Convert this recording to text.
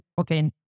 okay